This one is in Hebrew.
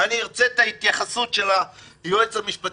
אני ארצה את ההתייחסות של היועץ המשפטי.